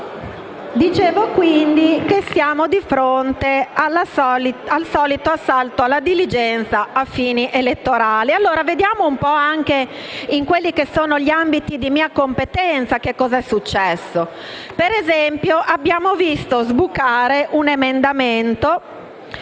Dicevo quindi che, siamo di fronte al solito assalto alla diligenza a fini elettorali. Vediamo un po' anche in quelli che sono gli ambiti di mia competenza cosa è successo. Ad esempio, abbiamo visto sbucare un emendamento,